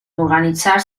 organitzar